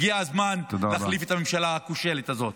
הגיע הזמן להחליף את הממשלה הכושלת הזאת.